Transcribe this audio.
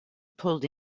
pulled